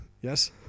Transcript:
Yes